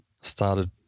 started